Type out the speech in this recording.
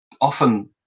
often